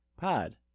pod